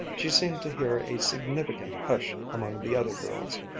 she seemed to hear a significant hush among the other girls,